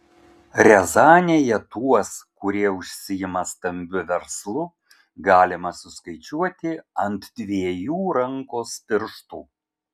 riazanėje tuos kurie užsiima stambiu verslu galima suskaičiuoti ant dviejų rankos pirštų